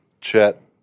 Chet